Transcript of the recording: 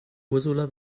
ursula